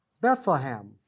Bethlehem